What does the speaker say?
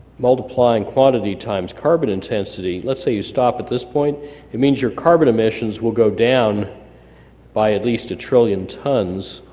multiply in quantity times carbon intensity let's say you stop at this point it means your carbon emissions will go down by at least a trillion tons,